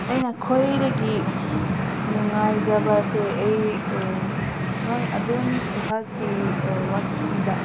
ꯑꯩꯟ ꯈ꯭ꯋꯥꯏꯗꯒꯤ ꯅꯨꯡꯉꯥꯏꯖꯕꯁꯦ ꯑꯩ ꯍꯣꯏ ꯑꯗꯨꯝ ꯑꯩꯍꯥꯛꯀꯤ ꯋꯥꯀꯤꯗ